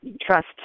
trust